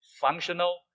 Functional